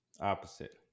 opposite